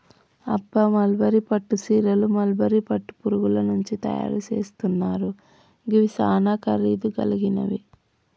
అబ్బ మల్బరీ పట్టు సీరలు మల్బరీ పట్టు పురుగుల నుంచి తయరు సేస్తున్నారు గివి సానా ఖరీదు గలిగినవి